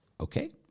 okay